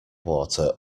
water